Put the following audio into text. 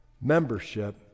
Membership